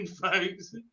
folks